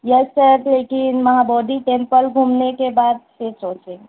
یس sir لیکن Maha Bodhi temple گھومنے کے بعد پھر سوچیں گے